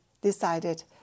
decided